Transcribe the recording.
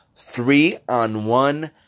three-on-one